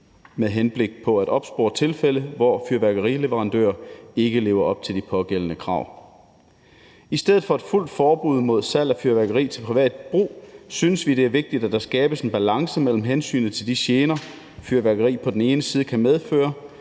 med henblik på at opspore tilfælde, hvor fyrværkerileverandører ikke lever op til de pågældende krav. I stedet for et fuldt forbud mod salg af fyrværkeri til privat brug synes vi, det er vigtigt, at der skabes en balance mellem hensynet til de gener, fyrværkeri på den ene side kan medføre,